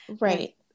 Right